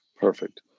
Perfect